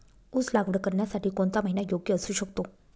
ऊस लागवड करण्यासाठी कोणता महिना योग्य असू शकतो?